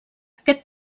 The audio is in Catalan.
aquest